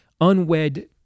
unwed